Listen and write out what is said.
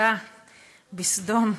צדיקה בסדום.